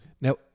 Now